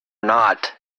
not